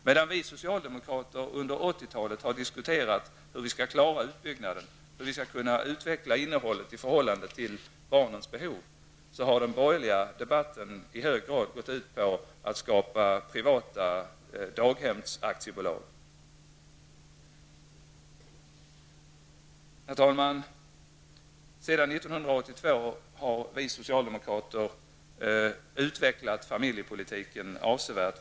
Medan vi socialdemokrater under 80-talet diskuterat hur vi skall klara utbyggnaden och kunna utveckla innehållet i förhållande till barnens behov, har den borgerliga debatten i hög grad gått ut på att skapa privata daghemsaktiebolag. Herr talman! Sedan 1982 har vi socialdemokrater utvecklat familjepolitiken avsevärt.